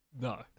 No